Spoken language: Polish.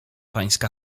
pańska